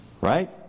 Right